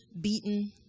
beaten